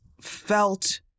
felt